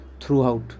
throughout